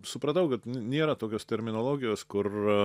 supratau kad nėra tokios terminologijos kur